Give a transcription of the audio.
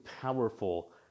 powerful